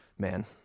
Man